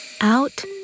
out